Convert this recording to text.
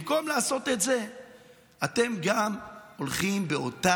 במקום לעשות את זה אתם הולכים באותה